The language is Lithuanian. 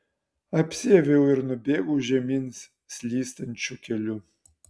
apsiaviau ir nubėgau žemyn slystančiu keliu